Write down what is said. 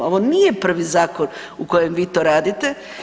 Ovo nije prvi zakon u kojem vi to radite.